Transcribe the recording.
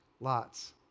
lots